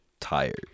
Tired